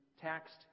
taxed